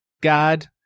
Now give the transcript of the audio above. god